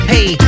Hey